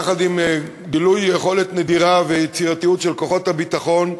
יחד עם גילוי יכולת נדירה ויצירתיות של כוחות הביטחון,